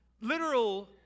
literal